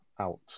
out